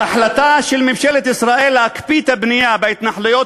החלטה של ממשלת ישראל להקפיא את הבנייה בהתנחלויות,